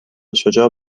شجاع